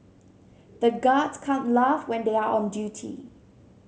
the guards can't laugh when they are on duty